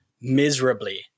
miserably